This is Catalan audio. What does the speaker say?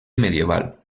medieval